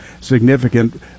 significant